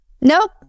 Nope